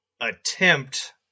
attempt